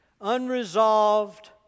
Unresolved